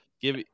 give